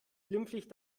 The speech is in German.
glimpflich